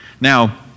Now